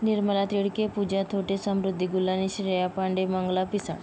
Nirmala Tidke Pooja Thote Samruddhi Gulhane Shreya Pande Mangala Pisal